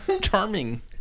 Charming